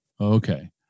Okay